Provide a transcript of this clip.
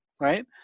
right